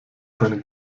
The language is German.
seine